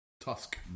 Tusk